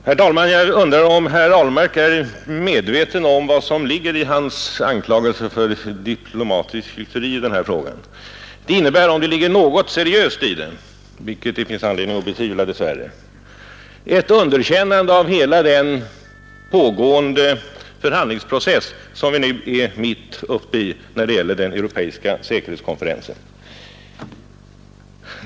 Herr talman! Jag undrar om herr Ahlmark är medveten om vad som ligger i hans anklagelse för diplomatiskt hyckleri i den här frågan. Anklagelsen innebär, om det finns något seriöst i den — vilket det är anledning att betvivla, dess värre — ett underkännande av hela den förhandlingsprocess som vi nu är mitt uppe i när det gäller den europeiska säkerhetskonferensen.